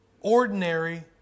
ordinary